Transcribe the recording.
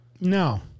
No